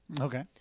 Okay